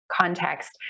context